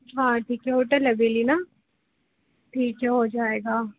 हाँ ठीक है होटल हवेली न ठीक है हो जाएगा